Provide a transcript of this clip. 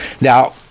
Now